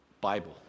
Bible